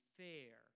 fair